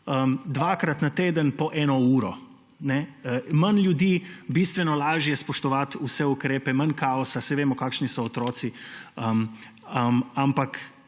dvakrat na teden po eno uro. Manj ljudi, bistveno lažje je spoštovati vse ukrepe, manj kaosa. Saj vemo, kakšni so otroci; ampak